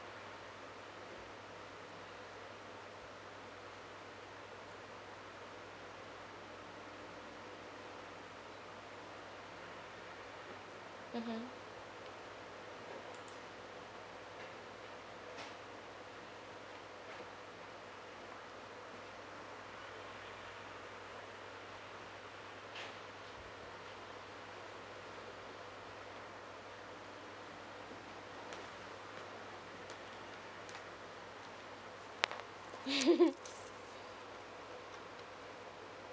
mmhmm